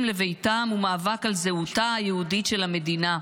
לביתם הוא מאבק על זהותה היהודית של המדינה.